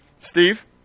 Steve